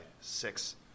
six